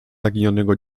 zaginionego